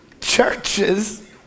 churches